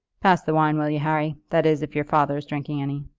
pass the wine, will you, harry that is, if your father is drinking any.